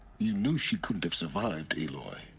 you knew she couldn't have survived, aloy.